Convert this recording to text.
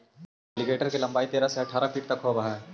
alligator के लंबाई तेरह से अठारह फीट तक होवऽ हइ